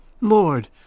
Lord